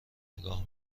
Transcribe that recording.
نگاه